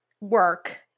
work